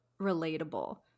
relatable